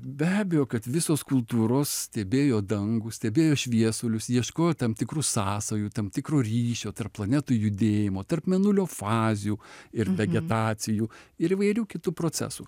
be abejo kad visos kultūros stebėjo dangų stebėjo šviesulius ieškojo tam tikrų sąsajų tam tikro ryšio tarp planetų judėjimo tarp mėnulio fazių ir vegetacijų ir įvairių kitų procesų